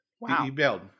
wow